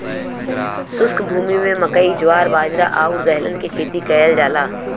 शुष्क भूमि में मकई, जवार, बाजरा आउर दलहन के खेती कयल जाला